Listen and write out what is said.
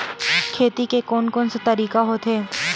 खेती के कोन कोन से तरीका होथे?